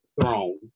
throne